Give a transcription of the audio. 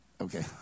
Okay